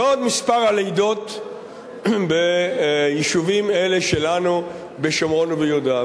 ועוד מספר הלידות ביישובים האלה שלנו בשומרון וביהודה.